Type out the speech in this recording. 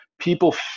people